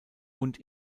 und